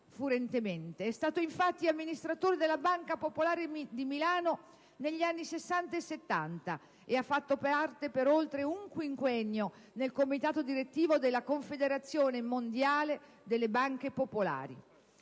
Fu infatti amministratore della Banca Popolare di Milano negli anni '60 e '70; fece parte per oltre un quinquennio nel Comitato direttivo della Confederazione mondiale delle banche popolari,